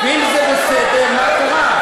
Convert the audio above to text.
אם זה בסדר, מה קרה?